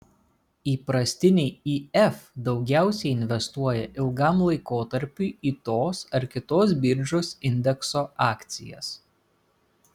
įprastiniai if daugiausiai investuoja ilgam laikotarpiui į tos ar kitos biržos indekso akcijas